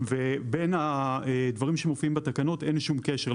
ובין הדברים שמופיעים בתקנות אין שום קשר.